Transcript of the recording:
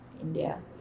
India